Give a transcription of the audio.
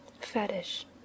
Fetish